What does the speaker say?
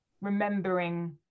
remembering